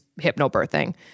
hypnobirthing